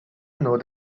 know